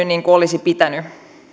niin kuin olisi pitänyt